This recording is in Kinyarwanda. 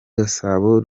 gasabo